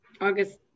August